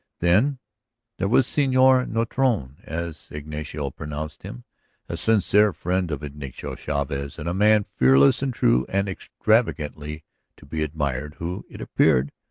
then there was senor nortone, as ignacio pronounced him a sincere friend of ignacio chavez and a man fearless and true and extravagantly to be admired, who, it appeared,